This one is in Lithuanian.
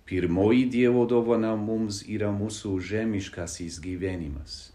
pirmoji dievo dovana mums yra mūsų žemiškasis gyvenimas